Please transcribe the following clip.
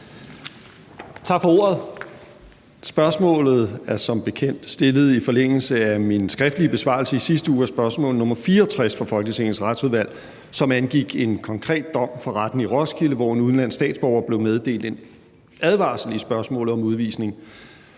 Tak for ordet. Spørgsmålet er som bekendt stillet i forlængelse af min skriftlige besvarelse i sidste uge af spørgsmål nr. 64 fra Folketingets Retsudvalg, som angik en konkret dom fra retten i Roskilde, hvor en udenlandsk statsborger blev tildelt en advarsel i spørgsmålet om udvisning.